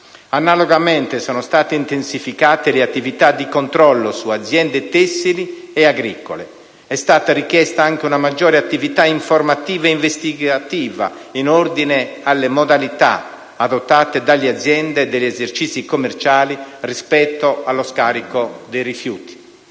Analogamente, sono state intensificate le attività di controllo su aziende tessili e agricole. È stata richiesta anche una maggiore attività informativa e investigativa in ordine alle modalità adottate dalle aziende e dagli esercizi commerciali rispetto allo scarico dei rifiuti.